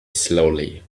slowly